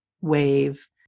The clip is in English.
wave